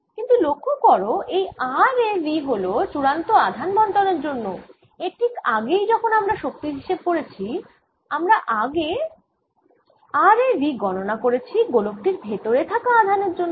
কিন্তু লক্ষ্য কর এই r এ V হল চূড়ান্ত আধান বন্টন এর জন্য এর ঠিক আগেই যখন আমরা শক্তির হিসেব করেছি আমরা আগে r এ V গণনা করেছি গোলক টির ভেতরে থাকা আধানের জন্য